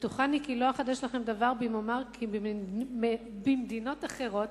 בטוחני כי לא אחדש לכם דבר אם אומר כי במדינות אחרות